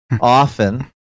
often